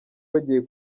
bagiye